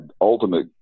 ultimate